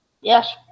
yes